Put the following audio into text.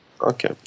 Okay